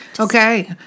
Okay